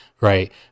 right